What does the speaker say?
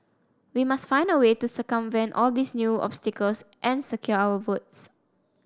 we must find a way to circumvent all these new obstacles and secure our votes